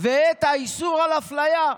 ואת האיסור על אפליה".